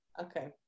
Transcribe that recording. Okay